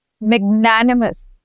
magnanimous